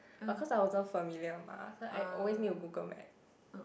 but cause I wasn't familiar mah so I always need to Google maps